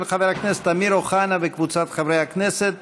של חבר הכנסת אמיר אוחנה וקבוצת חברי הכנסת.